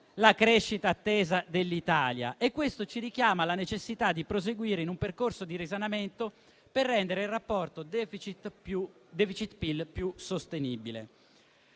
la crescita attesa dell'Italia e questo ci richiama alla necessità di proseguire in un percorso di risanamento per rendere il rapporto *deficit*-PIL più sostenibile.